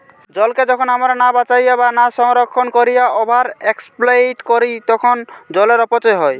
জলকে যখন আমরা না বাঁচাইয়া বা না সংরক্ষণ কোরিয়া ওভার এক্সপ্লইট করি তখন জলের অপচয় হয়